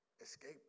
escape